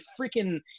freaking